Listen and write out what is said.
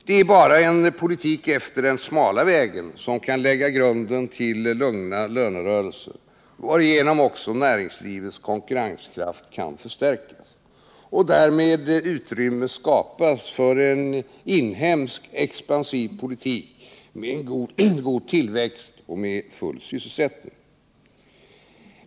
Det är bara en politik efter den smala vägen som kan lägga grunden till lugna lönerörelser, varigenom näringslivets konkurrenskraft kan förstärkas och därmed utrymme skapas för en inhemsk expansiv politik, med god tillväxt och full sysselsättning.